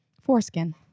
foreskin